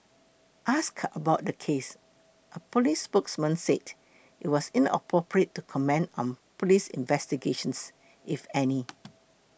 asked about the case a police spokesperson said it was inappropriate to comment on police investigations if any